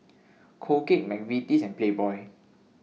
Colgate Mcvitie's and Playboy